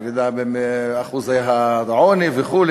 על ירידה באחוזי העוני וכו',